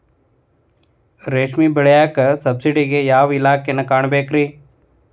ರೇಷ್ಮಿ ಬೆಳಿಯಾಕ ಸಬ್ಸಿಡಿಗೆ ಯಾವ ಇಲಾಖೆನ ಕಾಣಬೇಕ್ರೇ?